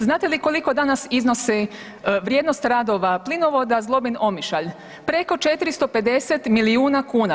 Znate li vi koliko danas iznosi vrijednost radova plinovoda Zlobin-Omišalj, preko 450 milijuna kuna.